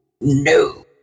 no